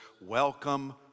welcome